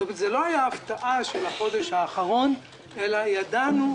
כלומר זה לא היה הפתעה של החודש האחרון אלא ידענו,